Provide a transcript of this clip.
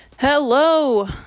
Hello